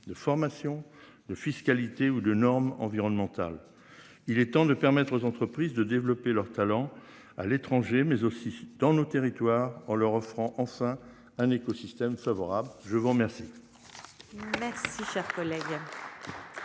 de formation de fiscalité ou de normes environnementales. Il est temps de permettre aux entreprises de développer leur talent à l'étranger mais aussi dans nos territoires en leur offrant enfin un écosystème favorable, je vous remercie.